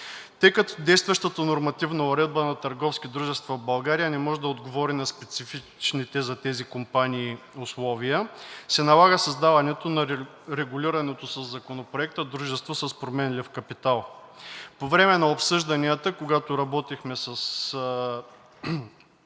Тъй като действащата нормативна уредба на търговски дружества в България не може да отговори на специфичните за тези компании условия, се налага създаването на регулираното със Законопроекта дружество с променлив капитал. По време на обсъжданията, когато работихме с